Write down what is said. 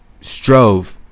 strove